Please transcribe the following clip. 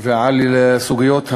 ועל סוגיות המפתח,